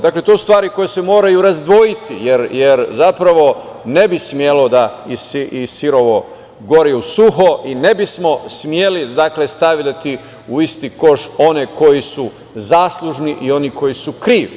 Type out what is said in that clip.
Dakle, to su stvari koje se moraju razdvojiti, jer zapravo ne bi smelo iz sirovo da gori u suho i ne bismo smeli stavljati u isti koš one koji su zaslužni i oni koji su krivi.